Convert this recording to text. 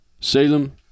Salem